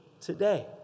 today